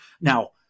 Now